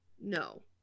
No